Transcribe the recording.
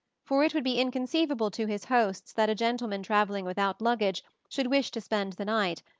for it would be inconceivable to his hosts that a gentleman travelling without luggage should wish to spend the night,